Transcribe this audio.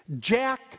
Jack